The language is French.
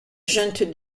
junte